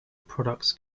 products